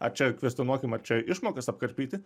ar čia kvestionuokim ar čia išmokas apkarpyti